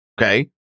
Okay